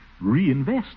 reinvest